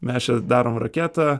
mes čia darom raketą